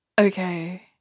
okay